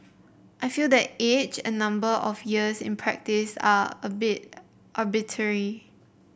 I feel that age and number of years in practice are a bit arbitrary